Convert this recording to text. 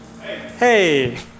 hey